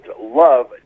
love